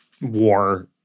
war